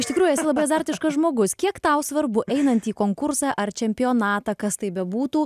iš tikrųjų esi labai azartiškas žmogus kiek tau svarbu einant į konkursą ar čempionatą kas tai bebūtų